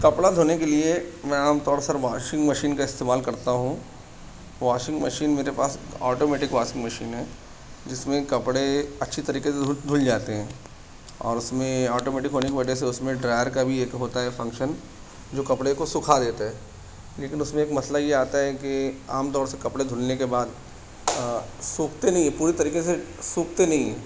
کپڑا دھونے کے لیے میں عام طور پر واشنگ مشین کا استعمال کرتا ہوں واشنگ مشین میرے پاس آٹومیٹک واسنگ مشین ہے جس میں کپڑے اچھی طریقے سے دھل دھل جاتے ہیں اور اس میں آٹومیٹک ہونے کی وجہ سے اس میں ڈرائر کا بھی ایک ہوتا ہے فنگشن جو کپڑے کو سکھا دیتا ہے لیکن اس میں ایک مسئلہ یہ آتا ہے کہ عام طور سے کپڑے دھلنے کے بعد سوکھتے نہیں ہیں پورے طریقے پر سوکھتے نہیں ہیں